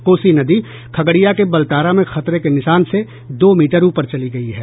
कोसी नदी खगड़िया के बलतारा में खतरे के निशान से दो मीटर ऊपर चली गयी है